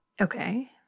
Okay